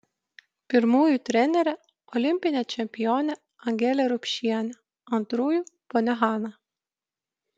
pirmųjų trenerė olimpinė čempionė angelė rupšienė antrųjų ponia hana